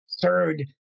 third